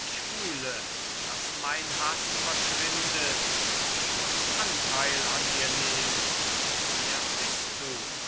ich fühle daß mein haß verschwindet ich muß anteil an dir nehmen wer bist du